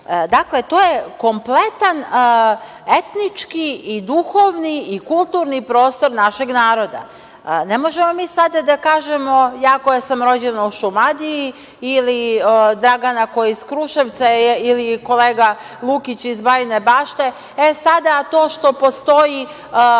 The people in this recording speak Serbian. SRS.Dakle, to je kompletan etnički i duhovni i kulturni prostor našeg naroda. Ne možemo mi sada da kažemo, ja koja sam rođena u Šumadiji ili Dragana koja je iz Kruševca ili kolega Lukić iz Bajine Bašte – e, sada, to što postoji